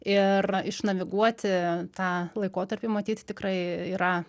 ir išnaviguoti tą laikotarpį matyt tikrai yra